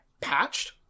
patched